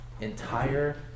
entire